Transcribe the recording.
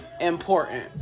important